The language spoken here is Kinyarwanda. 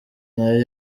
nayo